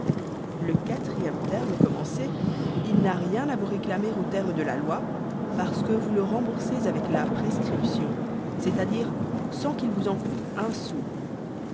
le quatrième terme commencé il n'a rien à vous réclamer aux termes de la loi parce que vous le remboursez avec la prescription c'est-à-dire sans qu'il vous en coûte un sou